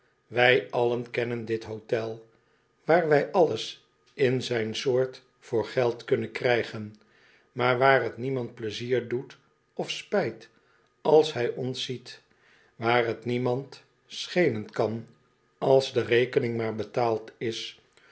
wij allen kennen dit hotel waar wij alles in zijn soort voor geld kunnen krijgen maar waar t niemand pleizier doet of spijt als hij ons ziet waar t niemand schelen kan als de rekening maar betaald is